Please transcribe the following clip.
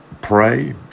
pray